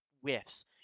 whiffs